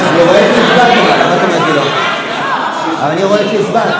ראיתי, מה את אומרת לי, אני רואה שהצבעת.